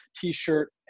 t-shirt